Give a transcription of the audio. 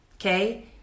Okay